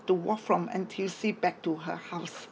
the walk from N_T_U_C back to her house